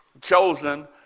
chosen